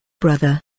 brother